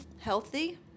healthy